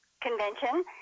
convention